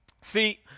See